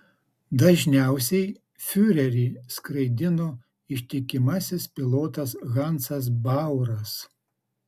dažniausiai fiurerį skraidino ištikimasis pilotas hansas bauras